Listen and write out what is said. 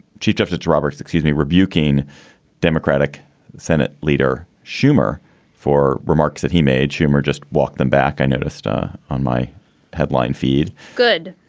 chief justice roberts excuse me, rebuking democratic senate leader schumer for remarks that he made. schumer just walked them back. i noticed ah on my headline feed. good.